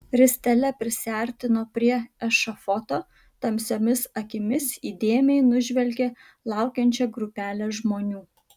ristele prisiartino prie ešafoto tamsiomis akimis įdėmiai nužvelgė laukiančią grupelę žmonių